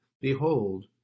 BEHOLD